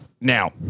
Now